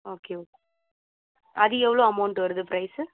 okay okay அது எவ்வளோ amount வருது ப்ரைஸு